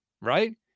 right